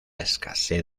escasez